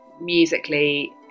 musically